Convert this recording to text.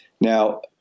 now